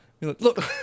Look